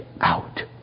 out